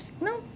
no